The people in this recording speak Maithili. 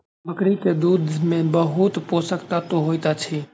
बकरी के दूध में बहुत पोषक तत्व होइत अछि